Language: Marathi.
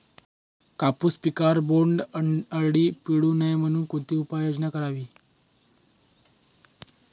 कापूस पिकावर बोंडअळी पडू नये म्हणून कोणती उपाययोजना करावी?